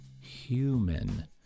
human